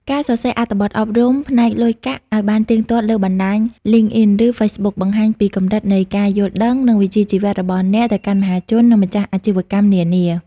ការសរសេរអត្ថបទអប់រំផ្នែកលុយកាក់ឱ្យបានទៀងទាត់លើបណ្ដាញ LinkedIn ឬ Facebook បង្ហាញពីកម្រិតនៃការយល់ដឹង និងវិជ្ជាជីវៈរបស់អ្នកទៅកាន់មហាជន និងម្ចាស់អាជីវកម្មនានា។